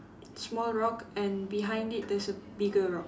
small rock and behind it there's a bigger rock